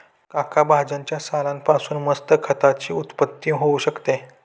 काका भाज्यांच्या सालान पासून मस्त खताची उत्पत्ती होऊ शकते